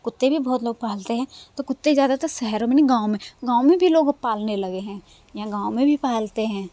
कुत्ते भी बहुत लोग पालते हैं तो कुत्ते ज़्यादातर शहरों में नी गाँव में गाँव में भी लोग अब पालने लगे हैं यहाँ गाँव में भी लोग पालते हैं